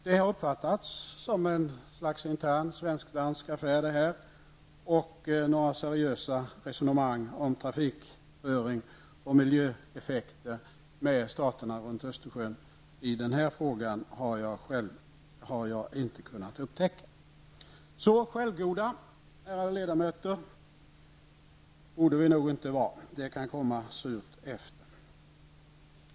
Det har uppfattats som en intern svensk-dansk affär, och några seriösa resonemang om trafikföring och miljöeffekter med staterna runt Östersjön i denna fråga har jag inte kunnat upptäcka. Så självgoda, ärade ledamöter, borde vi inte vara. Det kan komma surt efter.